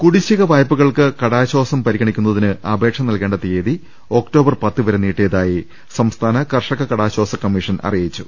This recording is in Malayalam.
കുടിശ്ശിക വായ്പകൾക്ക് കടാശ്വാസം പരിഗണിക്കുന്നതിന് അപേക്ഷ നൽകേണ്ട തീയ്യതി ഒക്ടോബർ പത്ത് വരെ നീട്ടിയതായി സംസ്ഥാന കർഷക കടാശ്വാസ കമ്മിഷൻ അറിയിച്ചു